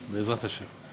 בעזרת השם.